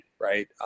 Right